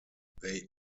they